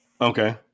Okay